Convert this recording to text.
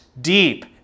deep